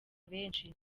benshi